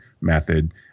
method